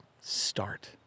start